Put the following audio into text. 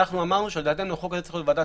אמרנו שהחוק הזה צריך להיות בוועדת